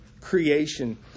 creation